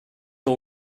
all